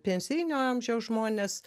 pensijinio amžiaus žmones